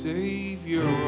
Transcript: Savior